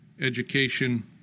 education